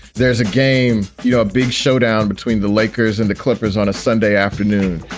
there's a game, you know, a big showdown between the lakers and the clippers on a sunday afternoon.